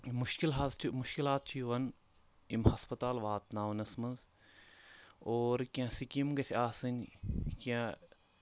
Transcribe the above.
مُشکِل حظ چھِ مُشکِلات چھِ یِوان یِم ہَسپَتال واتناونَس منٛز اور کیٚنٛہہ سِکیٖم گژھِ آسٕنۍ کیٚنٛہہ